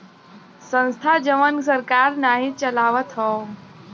संस्था जवन सरकार नाही चलावत हौ